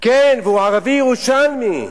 והוא ערבי-ירושלמי,